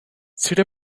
suda